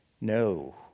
No